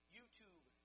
YouTube